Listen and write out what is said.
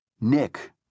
Nick